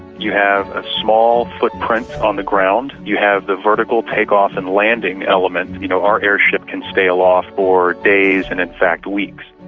you have a small footprint on the ground. you have the vertical take-off and landing element you know, our airship can stay aloft for days and in fact weeks.